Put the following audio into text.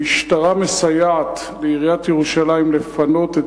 המשטרה מסייעת לעיריית ירושלים לפנות את